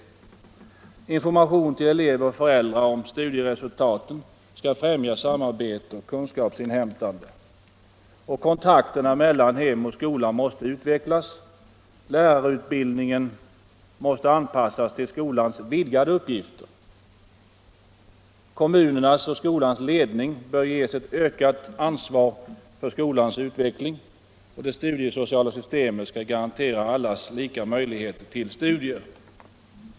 Information till elever och föräldrar om studieresultaten skall främja samarbetet och kunskapsinhämtandet. Kontakterna mellan hem och skola måste utvecklas. Lärarutbildningen måste anpassas till skolans vidgade uppgifter. Kommunernas och skolans ledning bör ges ett ökat ansvar för skolans utveckling. Det studiesociala systemet skall garantera allas lika möjligheter till studier.